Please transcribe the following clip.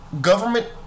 government